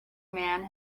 man